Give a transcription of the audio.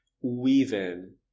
weave-in